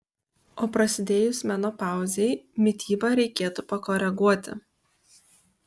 o prasidėjus menopauzei mitybą reikėtų pakoreguoti